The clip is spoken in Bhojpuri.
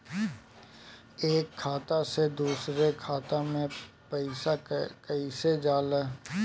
एक खाता से दूसर खाता मे पैसा कईसे जाला?